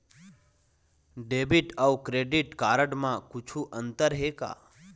Debit अऊ credit card म कुछू अंतर हे का?